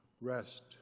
rest